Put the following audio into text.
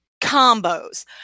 combos